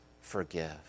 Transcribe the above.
forgive